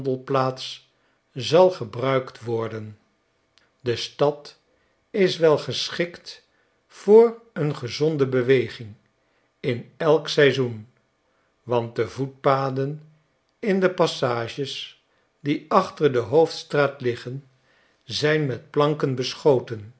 zal gebruikt worden de stad is wel geschikt voor een gezonde beweging in elk seizoen want de voetpaden in de passages die achter de hoofdstraat liggen zijn met planken beschoten